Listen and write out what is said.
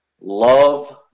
love